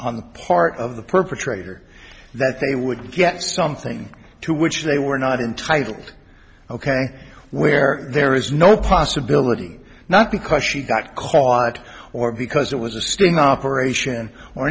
on the part of the perpetrator that they would get something to which they were not entitled ok where there is no possibility not because she got caught or because it was a sting operation or